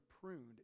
pruned